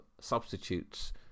substitutes